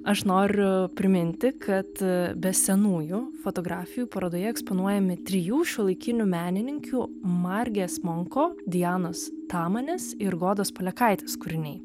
aš noriu priminti kad be senųjų fotografijų parodoje eksponuojami trijų šiuolaikinių menininkių margės munko dianos tamanis ir godos palekaitės kūriniai